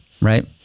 right